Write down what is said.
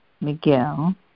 Miguel